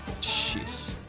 Jeez